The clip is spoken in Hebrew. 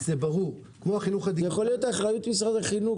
זה יכול להיות באחריות משרד החינוך